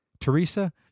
Teresa